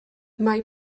mae